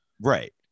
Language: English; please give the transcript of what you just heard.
right